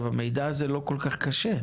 המידע הזה לא כל כך קשה.